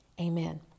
amen